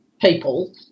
people